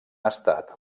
estat